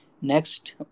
next